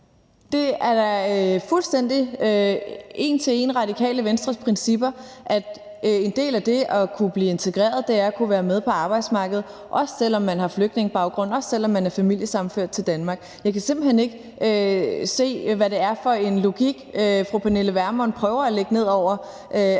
Det er da fuldstændig og en til en Radikale Venstres principper, at en del af det at kunne blive integreret er at kunne være med på arbejdsmarkedet, også selv om man har flygtningebaggrund, og også selv om man er familiesammenført til Danmark. Jeg kan simpelt hen ikke se, hvad det er for en logik, fru Pernille Vermund prøver at lægge ned over, at Radikale